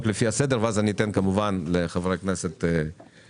לפי הסדר ואז אני אתן כמובן לחברי הכנסת להשלים.